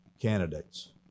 candidates